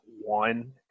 one